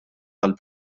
għall